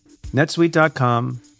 netsuite.com